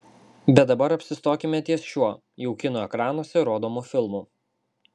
bet dabar apsistokime ties šiuo jau kino ekranuose rodomu filmu